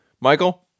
Michael